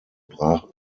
brach